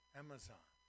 Amazon